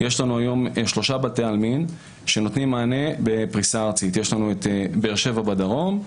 יש לנו היום שלושה בתי עלמין שנותנים מענה בפריסה ארצית: באר שבע בדרום,